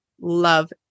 love